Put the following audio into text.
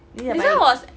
ni dah baik